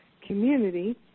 community